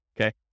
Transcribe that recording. Okay